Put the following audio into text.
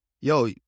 yo